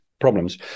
problems